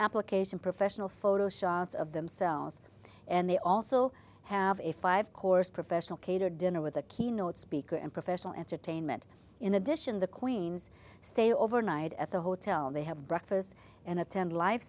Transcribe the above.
application professional photo shots of themselves and they also have a five course professional catered dinner with a keynote speaker and professional entertainment in addition the queens stay overnight at the hotel they have breakfast and attend life